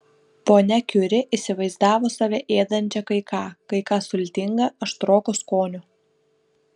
ponia kiuri įsivaizdavo save ėdančią kai ką kai ką sultinga aštroko skonio